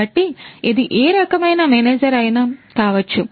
కాబట్టి ఇది ఏ రకమైన మేనేజర్ అయినా కావచ్చు